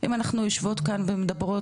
אם אנחנו יושבות כאן ומדברות,